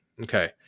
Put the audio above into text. Okay